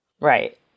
Right